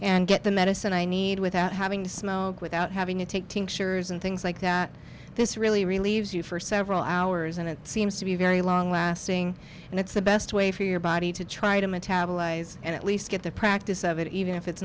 and get the medicine i need without having to smoke without having to take tinctures and things like that this really relieves you for several hours and it seems to be very long lasting and it's the best way for your body to try to metabolize and at least get the practice of it even if it's